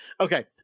Okay